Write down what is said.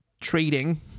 Trading